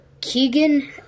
Keegan